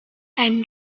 einem